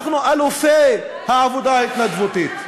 אנחנו אלופי העבודה ההתנדבותית.